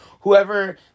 whoever